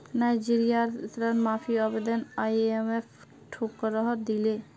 नाइजीरियार ऋण माफी आवेदन आईएमएफ ठुकरइ दिले